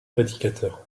prédicateur